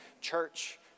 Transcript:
church